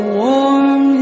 warm